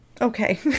Okay